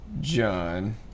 John